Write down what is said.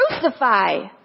Crucify